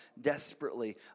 desperately